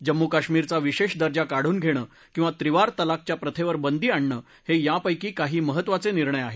जम्मू कश्मीरचा विशेष दर्जा काढून घेणं किंवा त्रिवार तलाकच्या प्रथेवर बंदी आणणं हे यापैकी काही महत्त्वाचे निर्णय आहेत